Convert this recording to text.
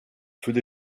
fülle